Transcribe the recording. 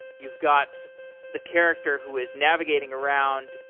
you've got the character who is navigating around.